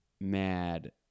mad